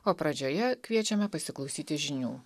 o pradžioje kviečiame pasiklausyti žinių